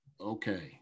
Okay